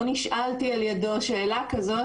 לא נשאלתי על ידו שאלה כזאת.